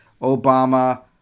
Obama